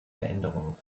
veränderungen